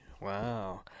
Wow